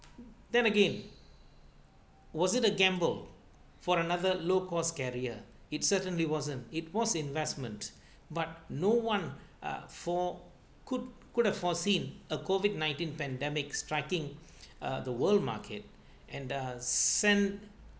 then again was it a gamble for another low cost carrier it certainly wasn't it was investment but no one ah for could could have foreseen a COVID nineteen pandemic striking uh the world market and uh sent